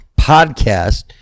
Podcast